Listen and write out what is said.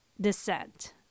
descent